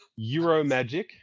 Euromagic